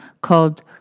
called